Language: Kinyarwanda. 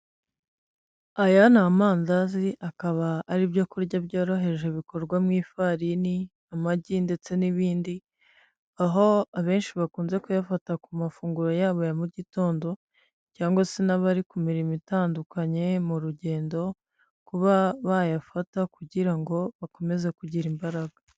Aya ni amandazi akaba ar'ibyo kurya byoroheje bikorwa mu ifarini, amagi ndetse n'ibindi, aho abenshi bakunze kuyafata ku mafunguro yabo ya mu gitondo cyangwa se n'abari ku mirimo itandukanye mu rugendo, kuba bayafata kugira ngo bakomeze kugira imbaraga.